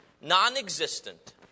non-existent